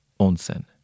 onsen